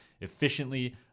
efficiently